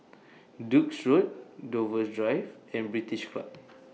Duke's Road Dover Drive and British Club